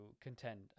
contend